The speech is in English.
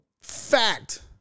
Fact